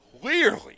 clearly